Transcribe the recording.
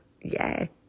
yay